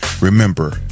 Remember